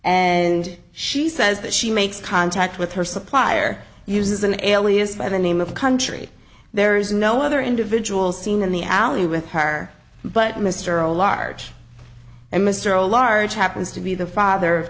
and she says that she makes contact with her supplier uses an alias by the name of country there is no other individual seen in the alley with her but mr a large and mr a large happens to be a father